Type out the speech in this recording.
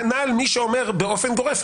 כנ"ל מי שאומר באופן גורף,